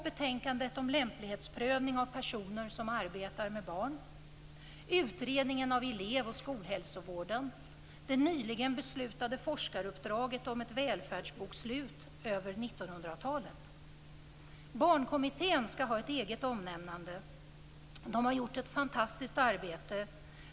· Betänkandet om lämplighetsprövning av personer som arbetar med barn som också är under beredning. Barnkommittén skall ha ett eget omnämnande. Den har gjort ett fantastiskt arbete.